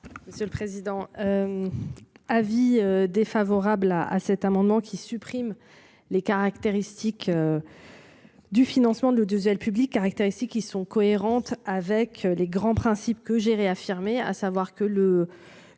Sur le président. Avis défavorable à cet amendement qui supprime les caractéristiques. Du financement de le diésel public caractéristiques qui sont cohérentes avec les grands principes que j'ai réaffirmé à savoir que le